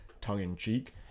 tongue-in-cheek